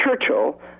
Churchill